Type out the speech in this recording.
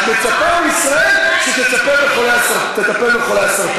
את מצפה מישראל שתטפל בחולי הסרטן.